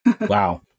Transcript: wow